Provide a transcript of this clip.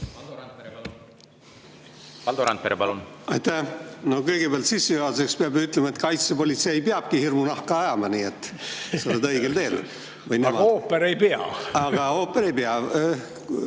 Valdo Randpere, palun! No kõigepealt sissejuhatuseks peab ütlema, et kaitsepolitsei peabki hirmu nahka ajama. Nii et sa oled õigel teel. Aga ooper ei pea! Aga ooper ei pea.